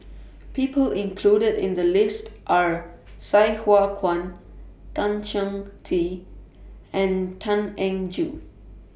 People included in The list Are Sai Hua Kuan Tan Chong Tee and Tan Eng Joo